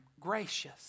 gracious